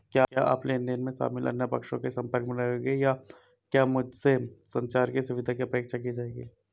क्या आप लेन देन में शामिल अन्य पक्षों के संपर्क में रहेंगे या क्या मुझसे संचार की सुविधा की अपेक्षा की जाएगी?